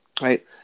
right